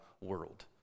world